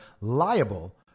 liable